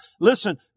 Listen